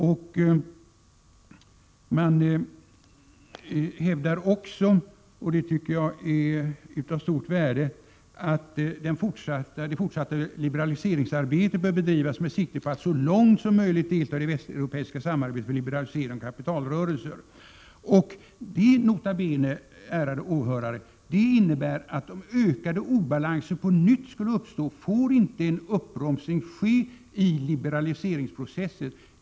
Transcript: Utskottets majoritet hävdar också, och det är av stort värde, att det fortsatta liberaliseringsarbetet bör bedrivas med sikte på att så långt som möjligt delta i det västeuropeiska samarbetet för liberalisering av kapitalrörelser. Detta, nota bene, ärade åhörare, innebär att om ökade obalanser på nytt skulle uppstå får inte en uppbromsning ske i liberaliseringsprocessen.